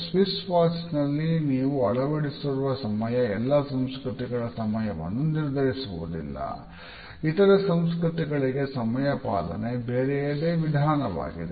Swiss watch ನಲ್ಲಿ ನೀವು ಅಳವಡಿಸುವ ಸಮಯ ಎಲ್ಲಾ ಸಂಸ್ಕೃತಿಗಳ ಸಮಯವನ್ನು ನಿರ್ಧರಿಸುವುದಿಲ್ಲ ಇತರೆ ಸಂಸ್ಕೃತಿಗಳಿಗೆ ಸಮಯಪಾಲನೆ ಬೇರೆಯದೇ ವಿಧಾನವಾಗಿದೆ